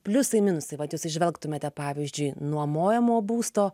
pliusai minusai vat jūs įžvelgtumėte pavyzdžiui nuomojamo būsto